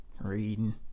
reading